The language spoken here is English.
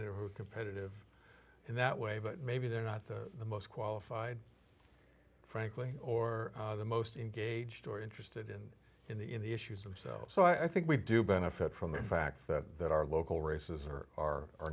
would competitive in that way but maybe they're not the most qualified frankly or the most engaged or interested in in the in the issues themselves so i think we do benefit from the fact that our local races are are are